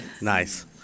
nice